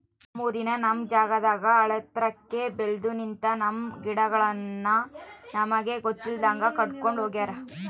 ನಮ್ಮೂರಿನ ನಮ್ ಜಾಗದಾಗ ಆಳೆತ್ರಕ್ಕೆ ಬೆಲ್ದು ನಿಂತ, ನಮ್ಮ ಗಿಡಗಳನ್ನು ನಮಗೆ ಗೊತ್ತಿಲ್ದಂಗೆ ಕಡ್ಕೊಂಡ್ ಹೋಗ್ಯಾರ